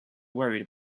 worried